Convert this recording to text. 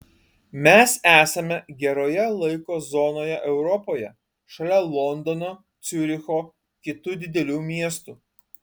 mes esame geroje laiko zonoje europoje šalia londono ciuricho kitų didelių miestų